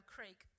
Creek